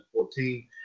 2014